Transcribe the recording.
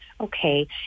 Okay